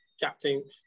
Captain